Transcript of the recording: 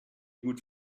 gut